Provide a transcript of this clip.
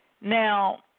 Now